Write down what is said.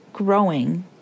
growing